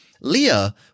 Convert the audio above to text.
Leah